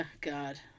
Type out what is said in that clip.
God